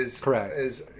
Correct